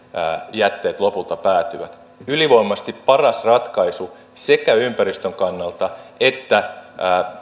jätteet lopulta päätyvät ylivoimaisesti paras ratkaisu sekä ympäristön kannalta että